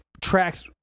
tracks